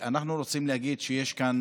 אנחנו רוצים להגיד שיש כאן,